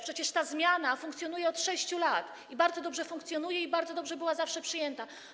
Przecież ta zmiana funkcjonuje od 6 lat, bardzo dobrze funkcjonuje i bardzo dobrze była zawsze przyjmowana.